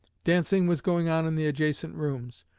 dancing was going on in the adjacent rooms,